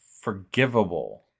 forgivable